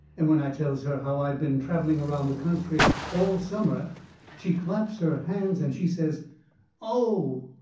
and when i tells her how i been travelling around the country all summer she claps her hands and she says oh,